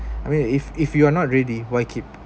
I mean if if you're not ready why keep